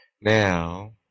now